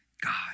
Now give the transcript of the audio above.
God